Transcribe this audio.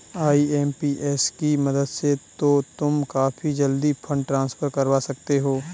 IMPS की मदद से तो तुम काफी जल्दी फंड ट्रांसफर करवा सकते हो